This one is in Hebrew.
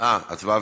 הצבעה